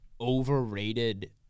overrated